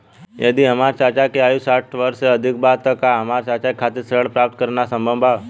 यदि हमार चाचा के आयु साठ वर्ष से अधिक बा त का हमार चाचा के खातिर ऋण प्राप्त करना संभव बा?